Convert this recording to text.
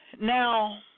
Now